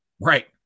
Right